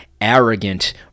arrogant